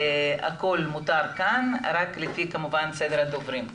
הכול מותר כאן רק כמובן לפי סדר הדוברים.